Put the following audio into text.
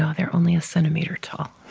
ah they're only a centimeter tall